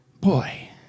boy